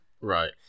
Right